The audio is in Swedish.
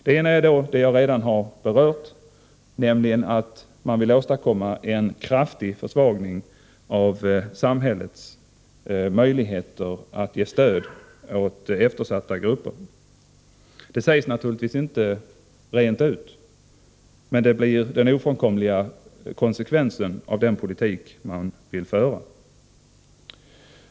Det ena är det som jag redan har berört, nämligen att man vill åstadkomma en kraftig försvagning av samhällets möjligheter att ge stöd åt eftersatta grupper. Det sägs naturligtvis inte rent ut, men det blir den oundvikliga konsekvensen av den politik som de borgerliga vill föra.